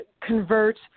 convert